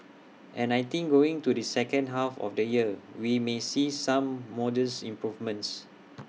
and I think going to the second half of the year we may see some modest improvements